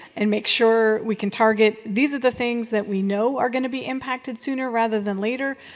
and make sure we can target these are the things that we know are going to be impacted sooner rather than later.